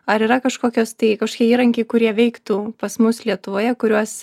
ar yra kažkokios tai kažkokie įrankiai kurie veiktų pas mus lietuvoje kuriuos